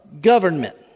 government